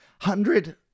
hundred